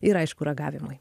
ir aišku ragavimui